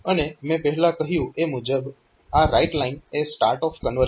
અને મેં પહેલા કહ્યું એ મુજબ આ રાઈટ લાઈન એ સ્ટાર્ટ ઓફ કન્વર્ઝન છે